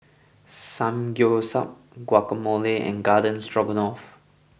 Samgeyopsal Guacamole and Garden Stroganoff